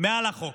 מעל החוק.